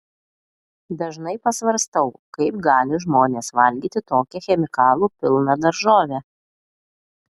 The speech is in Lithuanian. dažnai pasvarstau kaip gali žmonės valgyti tokią chemikalų pilną daržovę